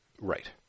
Right